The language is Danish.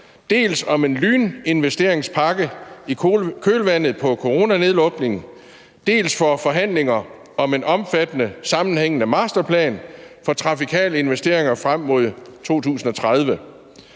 dels om en lyninvesteringspakke i kølvandet på coronanedlukningen, dels til forhandlinger om en omfattende sammenhængende masterplan for trafikale investeringer frem mod 2030.